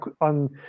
on